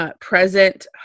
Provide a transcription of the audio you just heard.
present